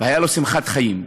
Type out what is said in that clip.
הייתה לו שמחת חיים,